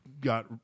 got